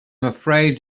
afraid